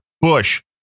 Bush